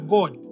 God